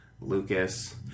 Lucas